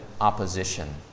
opposition